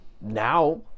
now